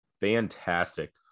Fantastic